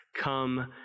come